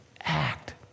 act